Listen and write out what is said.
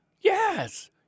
Yes